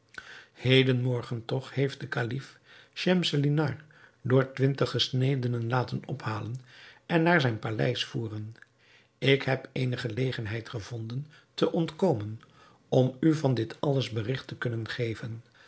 heden morgen toch heeft de kalif schemselnihar door twintig gesnedenen laten ophalen en naar zijn paleis voeren ik heb eene gelegenheid gevonden te ontkomen om u van dit alles berigt te kunnen geven